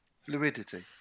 Fluidity